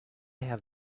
have